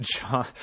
John